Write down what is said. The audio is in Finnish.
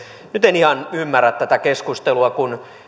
nyt en ihan ymmärrä tätä keskustelua kun